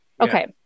Okay